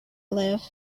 live